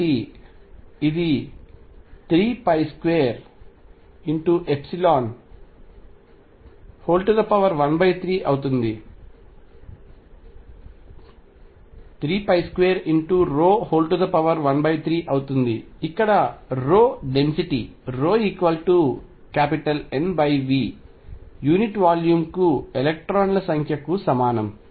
కాబట్టి ఇది 32×ρ13 అవుతుంది ఇక్కడ ρ డెన్సిటీ NV యూనిట్ వాల్యూమ్కు ఎలక్ట్రాన్ల సంఖ్యకు సమానం